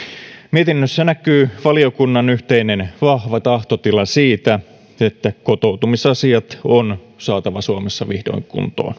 mietinnössä näkyy valiokunnan yhteinen vahva tahtotila siitä että kotoutumisasiat on saatava suomessa vihdoin kuntoon